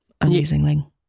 amazingly